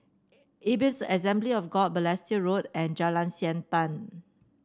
Ebenezer Assembly of God Balestier Road and Jalan Siantan